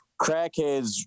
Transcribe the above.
crackheads